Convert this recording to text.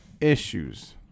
issues